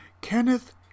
Kenneth